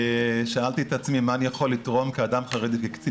ושאלתי את עצמי מה אני יכול לתרום כאדם חרדי וקצין